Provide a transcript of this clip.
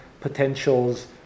potentials